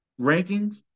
rankings